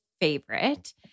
favorite